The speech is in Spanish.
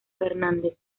fernández